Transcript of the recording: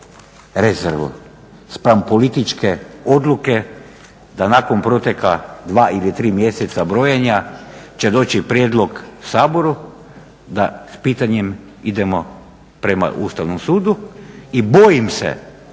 rezervu spram političke odluke da nakon proteka 2 ili 3 mjeseca brojenja će doći prijedlog Saboru da s pitanjem idemo prema Ustavnom sudu i bojim se